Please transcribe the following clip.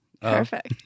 Perfect